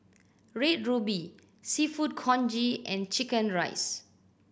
Red Ruby Seafood Congee and chicken rice